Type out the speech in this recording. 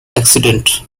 accident